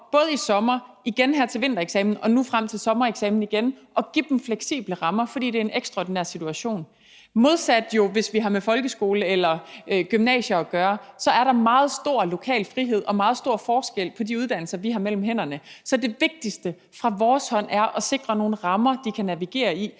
både i sommer og her til vintereksamen og nu igen til sommereksamen at give dem fleksible rammer, fordi det er en ekstraordinær situation. Modsat hvis vi har med folkeskolen eller gymnasiet at gøre, er der meget stor lokal frihed og meget stor forskel på de uddannelser, vi har på vores område. Så det vigtigste fra vores side er at sikre nogle rammer, de kan navigere